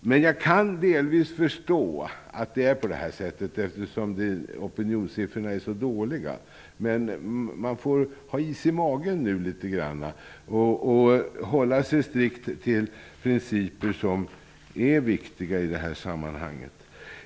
Jag kan delvis förstå att det är på det här sättet -- det beror väl på att opinionssiffrorna är så dåliga. Men man får lov att ha litet is i magen nu och hålla sig strikt till principer som är viktiga i det här sammanhanget.